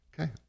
Okay